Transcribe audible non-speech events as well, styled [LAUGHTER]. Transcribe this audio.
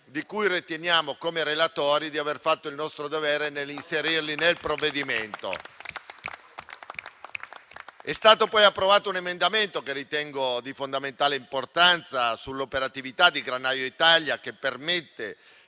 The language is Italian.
per cui riteniamo, come relatori, di aver fatto il nostro dovere inserendoli nel provvedimento. [APPLAUSE] È stato poi approvato un emendamento, che ritengo di fondamentale importanza, sull'operatività di Granaio Italia, che permette